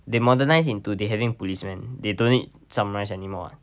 they modernized into they having policemen they don't need samurais anymore [what]